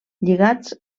lligats